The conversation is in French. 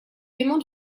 paiement